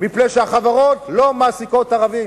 מפני שהחברות לא מעסיקות ערבים.